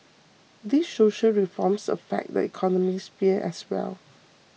these social reforms affect the economic sphere as well